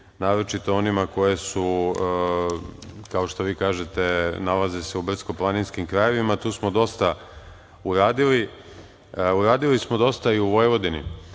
naročito onima koje se, kao što vi kažete, nalaze u brdsko-planinskim krajevima. Tu smo dosta uradili. Uradili smo dosta i u Vojvodini.